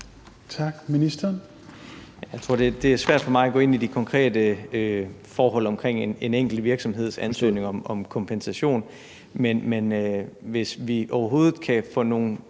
(Simon Kollerup): Det er svært for mig at gå ind i de konkrete forhold omkring en enkelt virksomheds ansøgning om kompensation. Men hvis vi overhovedet kan få nogle